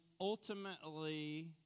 ultimately